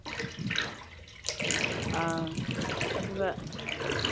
ꯑꯥ ꯑꯗꯨꯒ